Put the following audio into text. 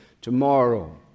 Tomorrow